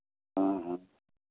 हाँ हाँ